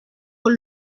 con